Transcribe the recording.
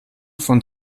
von